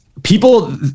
people